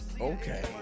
Okay